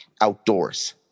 outdoors